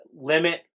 limit